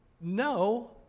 no